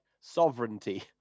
sovereignty